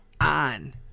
on